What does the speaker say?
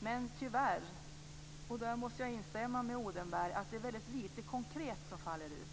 men tyvärr - och därvidlag måste jag instämma med Odenberg - är det mycket litet konkret som faller ut.